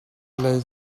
lei